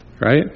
Right